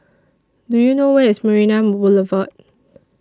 Do YOU know Where IS Marina Boulevard